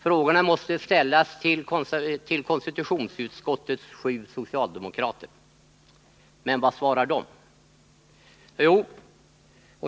Frågorna måste ställas till konstitutionsutskottets sju socialdemokrater. Men vad svarar de?